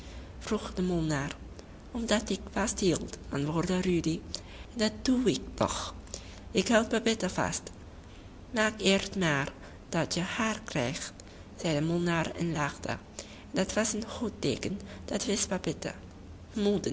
vroeg de molenaar omdat ik vasthield antwoordde rudy en dat doe ik nog ik houd babette vast maak eerst maar dat je haar krijgt zei de molenaar en lachte en dat was een goed teeken dat wist